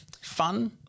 fun